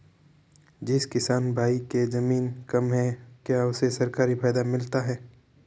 जिस किसान भाई के ज़मीन कम है क्या उसे सरकारी फायदा मिलता है?